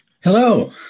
Hello